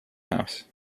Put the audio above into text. house